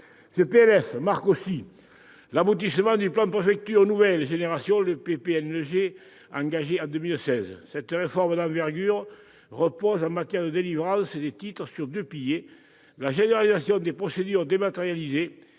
marque ainsi l'aboutissement du plan Préfectures nouvelle génération, ou PPNG, engagé en 2016. Cette réforme d'envergure repose, en matière de délivrance des titres, sur deux piliers, à savoir la généralisation des procédures dématérialisées